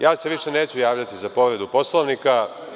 Ja se više neću javljati za povredu Poslovnika.